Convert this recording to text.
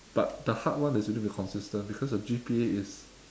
but the hard one is you need to be consistent because your G_P_A is